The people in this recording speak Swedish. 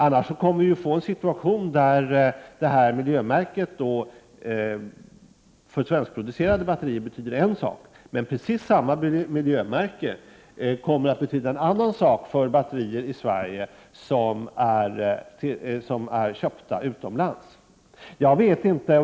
Annars kommer vi att få en situation där miljömärkningen av svenskproducerade batterier betyder en sak, medan precis samma märkning kommer att betyda en annan sak för batterier i Sverige som är köpta utomlands.